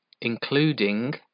including